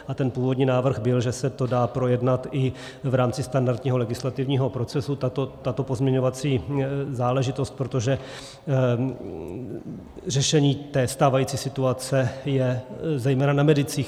A ten původní návrh byl, že se to dá projednat i v rámci standardního legislativního procesu, tato pozměňovací záležitost, protože řešení té stávající situace je zejména na medicích.